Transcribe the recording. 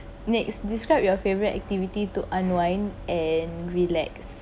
next describe your favourite activity to unwind and relax